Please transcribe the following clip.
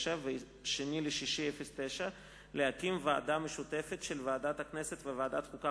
ו-2 ביוני 2009 להקים ועדה משותפת של ועדת הכנסת וועדת החוקה,